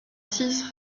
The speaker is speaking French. six